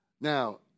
Now